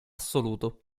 assoluto